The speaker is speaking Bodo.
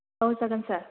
औ जागोन सार